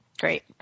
Great